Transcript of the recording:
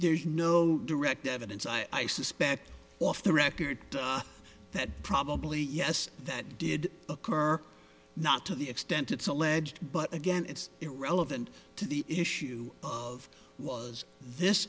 there's no direct evidence i suspect off the record that probably yes that did occur not to the extent it's alleged but again it's irrelevant to the issue of was this